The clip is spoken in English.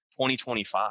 2025